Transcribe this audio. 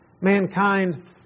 mankind